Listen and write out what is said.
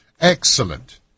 Excellent